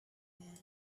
man